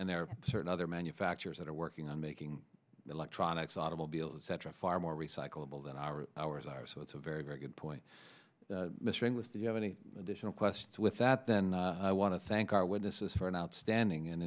and there are certain other manufacturers that are working on making electronics automobiles central farm recyclable that our hours are so it's a very very good point mr inglis do you have any additional questions with that then i want to thank our witnesses for an outstanding and